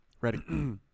Ready